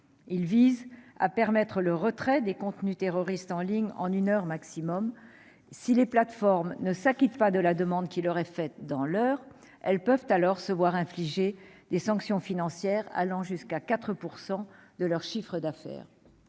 Il vise à permettre le retrait des contenus terroristes en ligne en une heure maximum : si les plateformes ne s'acquittent pas de la demande qui leur est faite dans ce délai, elles peuvent se voir infliger des sanctions financières allant jusqu'à 4 % de leur chiffre d'affaires.